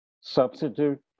substitute